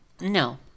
No